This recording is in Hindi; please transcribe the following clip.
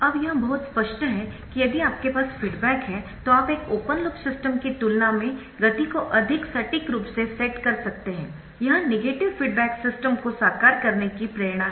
अब यह बहुत स्पष्ट है कि यदि आपके पास फीडबैक है तो आप एक ओपन लूप सिस्टम की तुलना में गति को अधिक सटीक रूप से सेट कर सकते हैं यह नेगेटिव फीडबैक सिस्टम को साकार करने की प्रेरणा है